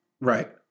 Right